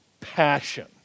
passion